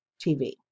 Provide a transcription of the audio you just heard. TV